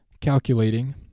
calculating